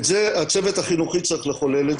את זה הצוות החינוכי צריך לחולל,